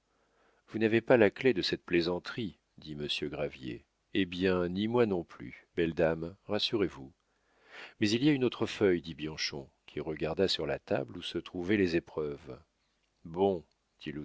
vous n'avez pas la clef de cette plaisanterie dit monsieur gravier eh bien ni moi non plus belle dame rassurez-vous mais il y a une autre feuille dit bianchon qui regarda sur la table où se trouvaient les épreuves bon